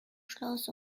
schloss